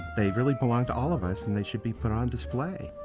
they really belong to all of us, and they should be put on display.